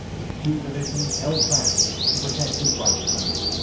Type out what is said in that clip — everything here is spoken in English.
with two divisions held back to protect his right flank.